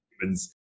humans